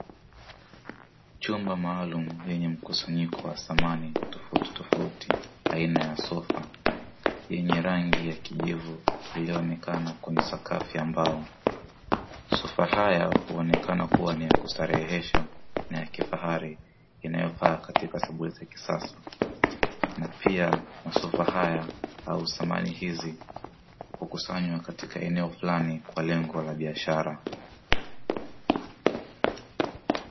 Chumba maalumu yenye mkusanyiko wa thamani tofauti tofauti aina ya sofa yenye rangi ya kijivu, iliyoonekana kwenye sakafu ya mbao sofa haya huonekana kuwa ni ya kustarehesha na ya kifahari inayofaa katika sabuni za kisasa na pia masofa haya au samani hizi hukusanywa katika eneo fulani kwa lengo la biashara.